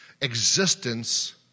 existence